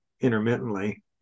intermittently